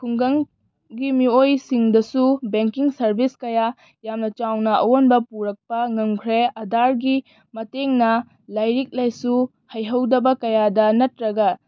ꯈꯨꯡꯒꯪꯒꯤ ꯃꯤꯑꯣꯏꯁꯤꯡꯗꯁꯨ banking service ꯀꯌꯥ ꯌꯥꯝꯅ ꯆꯥꯎꯅ ꯑꯑꯣꯟꯕ ꯄꯨꯔꯛꯄ ꯉꯝꯈ꯭ꯔꯦ ꯑꯙꯥꯔꯒꯤ ꯃꯇꯦꯡꯅ ꯂꯥꯏꯔꯤꯛ ꯂꯥꯏꯁꯨ ꯍꯩꯍꯧꯗꯕ ꯀꯌꯥꯗ ꯅꯠꯇ꯭ꯔꯒ